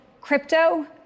crypto